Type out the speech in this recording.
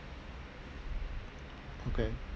okay